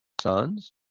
sons